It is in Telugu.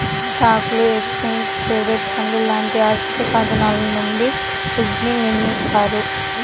స్టాక్లు, ఎక్స్చేంజ్ ట్రేడెడ్ ఫండ్లు లాంటి ఆర్థికసాధనాల నుండి హెడ్జ్ని నిర్మిత్తారు